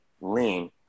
lean